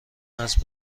است